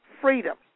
Freedom